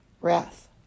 wrath